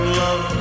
love